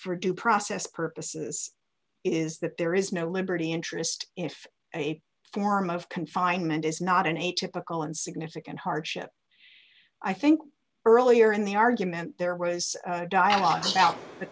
for due process purposes is that there is no liberty interest if a form of confinement is not an atypical and significant hardship i think earlier in the argument there was a dialogue about the